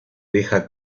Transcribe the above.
deja